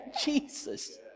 Jesus